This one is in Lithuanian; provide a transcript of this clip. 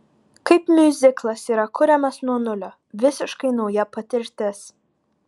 kaip miuziklas yra kuriamas nuo nulio visiškai nauja patirtis